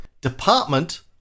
Department